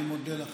אני מודה לכם.